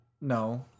No